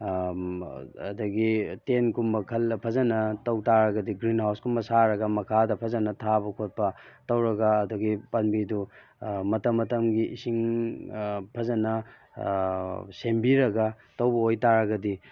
ꯑꯗꯒꯤ ꯇꯦꯟ ꯀꯨꯝꯕ ꯈꯜꯂ ꯐꯖꯅ ꯇꯧꯇꯥꯔꯒꯗꯤ ꯒ꯭ꯔꯤꯟ ꯍꯥꯎ ꯀꯨꯝꯕ ꯁꯥꯔꯒ ꯃꯈꯥꯗ ꯐꯖꯅ ꯊꯥꯕ ꯈꯣꯠꯄ ꯇꯧꯔꯒ ꯑꯗꯒꯤ ꯄꯥꯝꯕꯤꯗꯨ ꯃꯇꯝ ꯃꯇꯝꯒꯤ ꯏꯁꯤꯡ ꯐꯖꯅ ꯁꯦꯝꯕꯤꯔꯒ ꯇꯧꯕ ꯑꯣꯏꯇꯥꯔꯒꯗꯤ